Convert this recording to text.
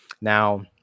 Now